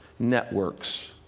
networks,